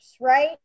right